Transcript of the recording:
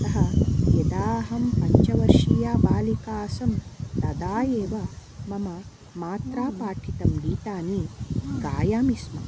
अतः यदा अहं पञ्चवर्षीया बालिका आसम् तदा एव मम मात्रा पाठितं गीतानि गायामि स्म